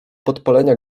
podpalenia